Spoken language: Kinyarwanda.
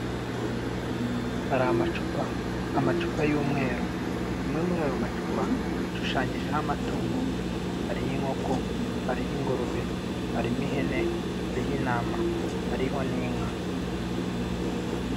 Hari amacupa, amacupa y'umweru, rimwe muri ayo macupa hashushanyijeho amatungo: hariho inkoko, hariho ingurube, harimo ihene, hariho intama, hariho n'inka.